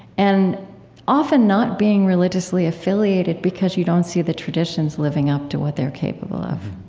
and often not being religiously affiliated because you don't see the traditions living up to what they're capable of.